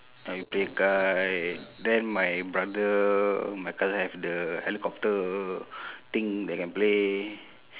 ya we play kite then my brother my cousin have the helicopter thing that can play